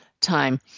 time